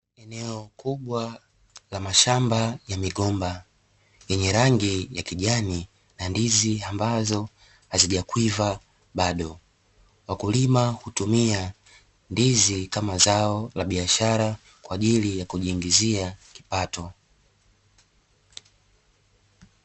Eneo kubwa la mashamba ya migomba yenye rangi ya kijani na ndizi ambazo hazijakwiva bado. Wakulima hutumia ndizi kama zao la biashara kwa ajili ya kujiingizia kipato.